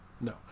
No